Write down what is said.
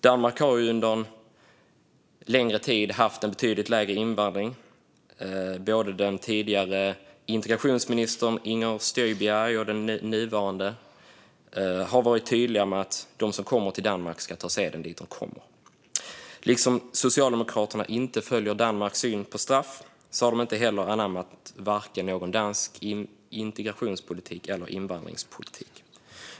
Danmark har under en längre tid haft en betydligt lägre invandring. Både den tidigare integrationsministern Inger Støjberg och den nuvarande har varit tydliga med att de som kommer till Danmark ska ta seden dit de kommer. Liksom Socialdemokraterna inte följer Danmarks syn på straff har de inte heller anammat vare sig dansk integrationspolitik eller dansk invandringspolitik.